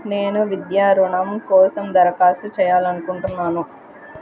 నేను విద్యా రుణం కోసం దరఖాస్తు చేయాలని అనుకుంటున్నాను